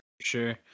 sure